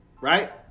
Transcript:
right